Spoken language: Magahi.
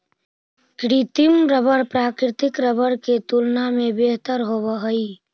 कृत्रिम रबर प्राकृतिक रबर के तुलना में बेहतर होवऽ हई